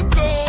go